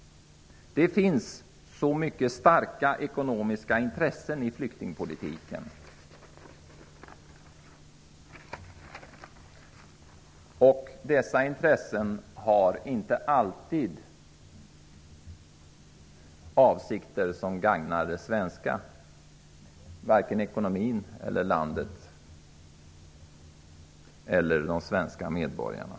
Det finns så mycket starka ekonomiska intressen i flyktingpolitiken. Dessa intressen har inte alltid avsikter som gagnar vare sig svensk ekonomi, Sverige, eller de svenska medborgarna.